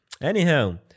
Anyhow